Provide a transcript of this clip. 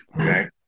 Okay